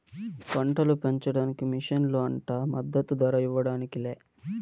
పంటలు పెంచడానికి మిషన్లు అంట మద్దదు ధర ఇవ్వడానికి లే